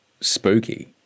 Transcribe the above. spooky